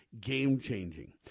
game-changing